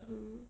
mmhmm